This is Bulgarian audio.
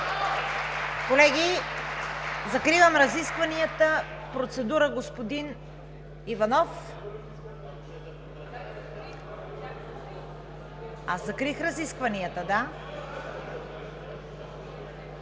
Колеги, закривам разискванията. Процедура, господин Иванов? Аз закрих разискванията, да.